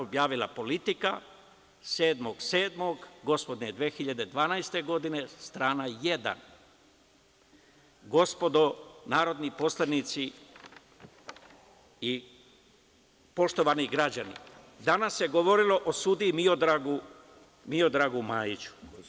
Objavila „Politika“ 07.07. gospodnje 2012. godine, strana 1. Gospodo narodni poslanici i poštovani građani, danas se govorilo o sudiji Miodragu Majiću.